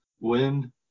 wind